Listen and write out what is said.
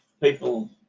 people